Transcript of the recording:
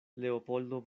leopoldo